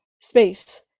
space